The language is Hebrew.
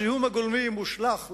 הזיהום הגולמי מושלך,